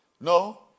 no